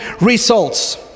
results